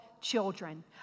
children